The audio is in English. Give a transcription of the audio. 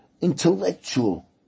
intellectual